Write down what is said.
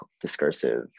discursive